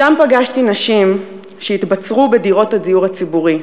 שם פגשתי נשים שהתבצרו בדירות הדיור הציבורי,